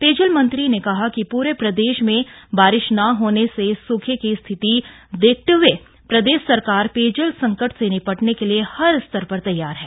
पेयजल मंत्री ने कहा कि पूरे प्रदेश में बारिश न होने से सूखे की स्थिति को देखते हुए प्रदेश सरकार पेयजल संकट से निपटने के लिए हर स्तर पर तैयार है